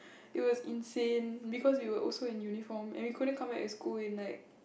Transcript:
it was insane because you are also in uniform and we couldn't come back to school in like